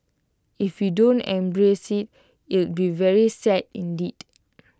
if we don't embrace IT it'll be very sad indeed